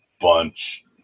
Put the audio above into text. bunch